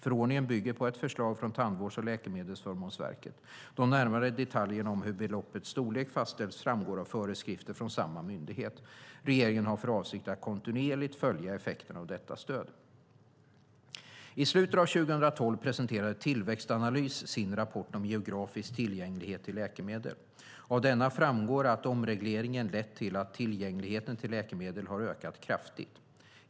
Förordningen bygger på ett förslag från Tandvårds och läkemedelsförmånsverket. De närmare detaljerna om hur beloppets storlek fastställs framgår av föreskrifter från samma myndighet. Regeringen har för avsikt att kontinuerligt följa effekterna av detta stöd. I slutet av 2012 presenterade Tillväxtanalys sin rapport om geografisk tillgänglighet till läkemedel. Av denna framgår att omregleringen lett till att tillgängligheten till läkemedel har ökat kraftigt.